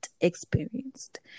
experienced